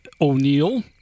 O'Neill